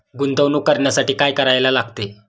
गुंतवणूक करण्यासाठी काय करायला लागते?